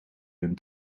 hun